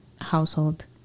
household